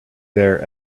there